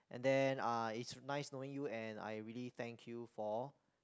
and then ah it's nice knowing you and I really thank you for